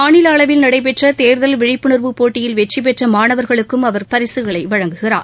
மாநில அளவில் நடைபெற்ற தேர்தல் விழிப்புணர்வு போட்டியில் வெற்றிபெற்ற மாணவர்களுக்கும் அவர் பரிசுகளை வழங்குகிறார்